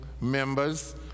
members